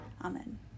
Amen